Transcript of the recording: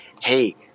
hey –